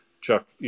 Chuck